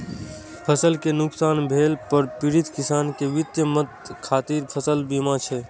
फसल कें नुकसान भेला पर पीड़ित किसान कें वित्तीय मदद खातिर फसल बीमा छै